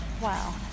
Wow